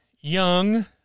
young